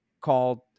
called